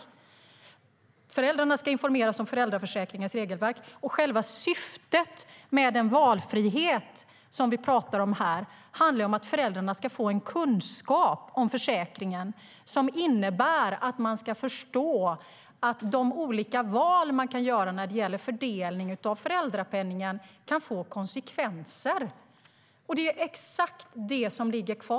"Föräldrarna ska informeras om föräldraförsäkringens regelverk. Själva syftet med den valfrihet som vi pratar om här handlar om att föräldrarna ska få en kunskap om försäkringen som innebär att de ska förstå att de olika val de kan göra när det gäller fördelning av föräldrapenningen kan få konsekvenser. Det är exakt vad som ligger kvar.